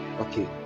okay